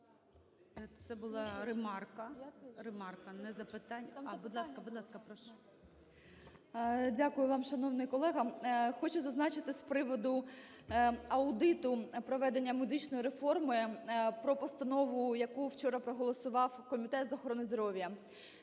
будь ласка, прошу. 12:57:19 СИСОЄНКО І.В. Дякую вам, шановний колего. Хочу зазначити з приводу аудиту проведення медичної реформи про постанову, яку вчора проголосував Комітет з охорони здоров'я.